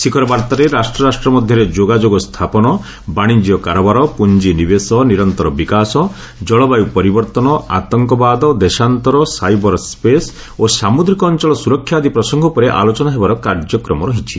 ଶିଖର ବାର୍ତ୍ତାରେ ରାଷ୍ଟ୍ର ରାଷ୍ଟ୍ର ମଧ୍ୟରେ ଯୋଗାଯୋଗ ସ୍ଥାପନ ବାଶିଜ୍ୟ କାରବାର ପୁଞ୍ଜି ନିବେଶ ନିରନ୍ତର ବିକାଶ ଜଳବାୟୁ ପରିବର୍ତ୍ତନ ଆତଙ୍କବାଦ ଦେଶାନ୍ତର ସାଇବର୍ ସ୍ୱେସ୍ ଓ ସାମୁଦ୍ରିକ ଅଞ୍ଚଳ ସୁରକ୍ଷା ଆଦି ପ୍ରସଙ୍ଗ ଉପରେ ଆଲୋଚନା ହେବାର କାର୍ଯ୍ୟକ୍ରମ ରହିଛି